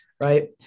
Right